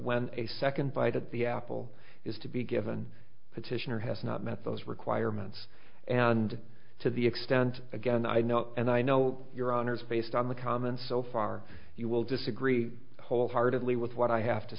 when a second bite at the apple is to be given petitioner has not met those requirements and to the extent again i know and i know your honors based on the comments so far you will disagree wholeheartedly with what i have to